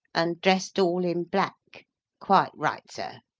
and dressed all in black quite right, sir!